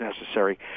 necessary